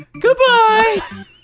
Goodbye